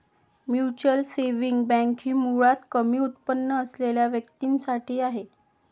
mutual saving bank ही मुळात कमी उत्पन्न असलेल्या व्यक्तीं साठी आहे